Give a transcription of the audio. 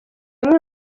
amwe